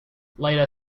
later